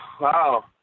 Wow